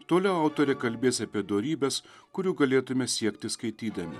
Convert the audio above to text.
toliau autoriai kalbės apie dorybes kurių galėtume siekti skaitydami